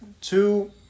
two